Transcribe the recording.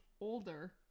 older